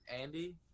Andy